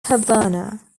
havana